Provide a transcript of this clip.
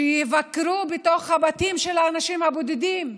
שיבקרו בתוך הבתים של האנשים הבודדים,